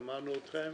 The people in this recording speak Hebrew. please, שמענו אתכם